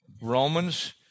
Romans